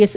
S